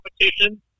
competition